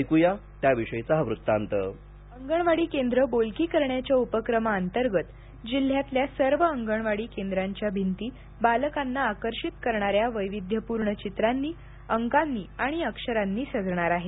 ऐकूया त्याविषयीचा हा वृत्तांतः अंगणवाडी केंद्रं बोलकी करण्याच्या उपक्रमाअंतर्गत जिल्ह्यातल्या सर्व अंगणवाडी केंद्रांच्या भिंती बालकांना आकर्षित करणाऱ्या वैविध्यपूर्ण चित्रांनी अंकांनी आणि अक्षरांनी सजणार आहेत